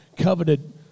coveted